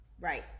Right